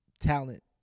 talent